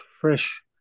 fresh